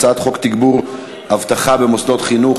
הצעת חוק תגבור אבטחה במוסדות חינוך,